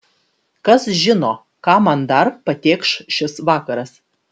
kas žino ką man dar patėkš šis vakaras